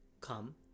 come